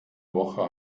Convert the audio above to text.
woche